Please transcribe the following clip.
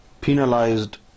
penalized